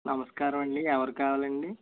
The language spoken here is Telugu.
నమస్కారమండి ఎవరు కావాలండి